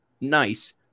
Nice